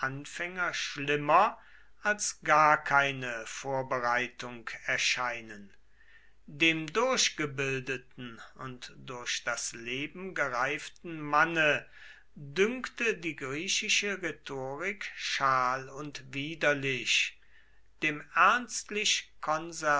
anfänger schlimmer als gar keine vorbereitung erscheinen dem durchgebildeten und durch das leben gereiften manne dünkte die griechische rhetorik schal und widerlich dem